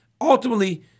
Ultimately